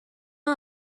him